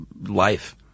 life